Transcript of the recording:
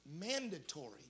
mandatory